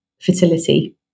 fertility